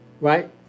right